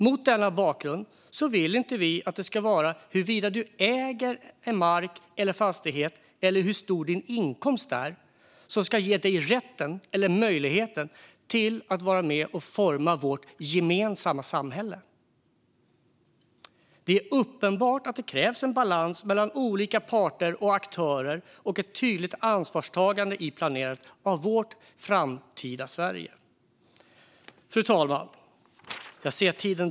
Mot denna bakgrund vill vi inte att det ska vara huruvida du äger mark eller fastigheter eller hur stor din inkomst är som ger dig rätten eller möjligheten till att vara med och forma vårt gemensamma samhälle. Det är uppenbart att det krävs en balans mellan olika parter och aktörer och ett tydligt ansvarstagande i planerandet av vårt framtida Sverige. Fru talman!